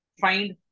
find